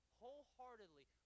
wholeheartedly